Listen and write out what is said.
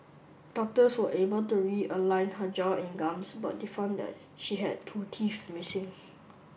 doctors were able to realign her jaw and gums but they found that she had two teeth missing